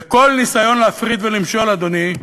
וכל ניסיון להפריד ולמשול, אדוני,